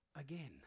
again